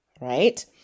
Right